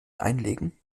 einlegen